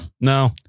no